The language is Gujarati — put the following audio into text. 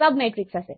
સંયોજન ચાલુ રહેશે